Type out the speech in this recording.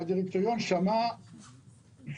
הדירקטוריון שמע,